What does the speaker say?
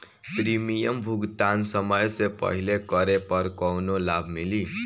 Premium भुगतान समय से पहिले करे पर कौनो लाभ मिली?